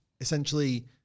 essentially